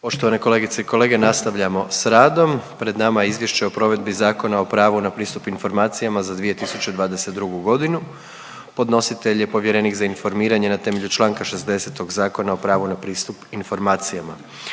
Poštovane kolegice i kolege nastavljamo s radom. Pred nama je: - Izvješće o provedbi Zakona o pravu na pristup informacijama za 2022.g. Podnositelj je Povjerenik za informiranje na temelju čl. 60. Zakona o pravu na pristup informacijama.